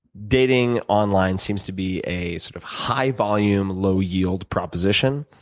dating online seems to be a sort of high volume low yield proposition.